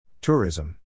Tourism